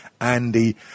Andy